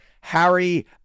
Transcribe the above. Harry